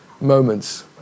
moments